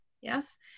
yes